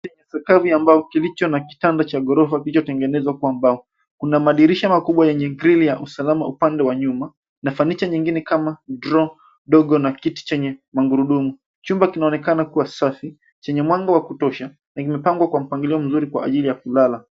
Sakafu ya mbao kilicho na kitanda cha ghorofa kilichotengenezwa kwa mbao. Kuna madirisha makubwa yenye grilli ya usalama upande wa nyuma na fanicha nyingine kama droo dogo na kiti chenye magurudumu. Chumba kinaonekana kuwa safi chenye mwanga wa kutosha na kimepangwa kwa mpangilio mzuri kwa ajili ya kulala.